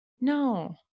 No